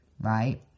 Right